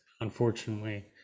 unfortunately